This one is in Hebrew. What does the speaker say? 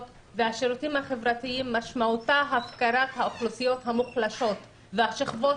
והשירותים החברתיים משמעותה הפקרת האוכלוסיות המוחלשות והשכבות